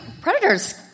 Predators